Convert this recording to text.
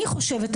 אני חושבת,